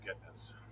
goodness